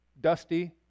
dusty